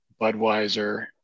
budweiser